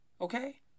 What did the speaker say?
okay